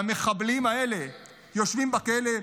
שהמחבלים האלה יושבים בכלא,